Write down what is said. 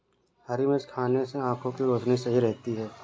हरी मिर्च खाने से आँखों की रोशनी सही रहती है